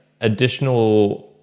additional